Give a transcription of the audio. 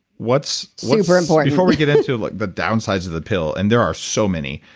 what's super important before we get into like the downsides of the pill, and there are so many,